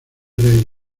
rey